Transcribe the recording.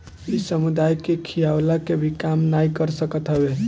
इ समुदाय के खियवला के भी काम नाइ कर सकत हवे